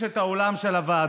יש את העולם של הוועדות,